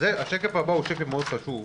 השקף הבא הוא שקף מאוד חשוב,